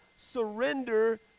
surrender